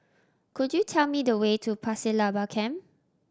could you tell me the way to Pasir Laba Camp